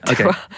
okay